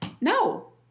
No